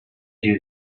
you